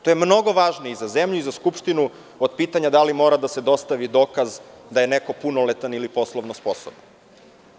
To je mnogo važnije i za zemlju i za Skupštinu od pitanja da li mora da se dostavi dokaz da je neko punoletan ili poslovno sposoban.